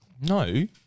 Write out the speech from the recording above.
No